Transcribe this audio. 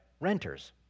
renters